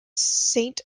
saint